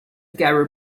gary